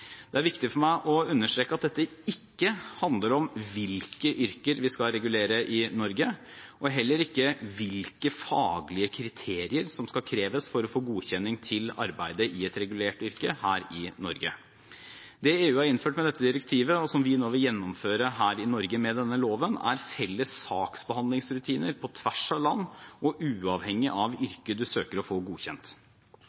Det er viktig for meg å understreke at dette ikke handler om hvilke yrker vi skal regulere i Norge, og heller ikke om hvilke faglige kriterier som skal kreves for å få godkjenning til å arbeide i et regulert yrke her i Norge. Det EU har innført med dette direktivet, og som vi nå vil gjennomføre her i Norge med denne loven, er felles saksbehandlingsrutiner på tvers av land og uavhengig av